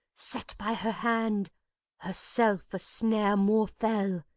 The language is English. set by her hand herself a snare more fell!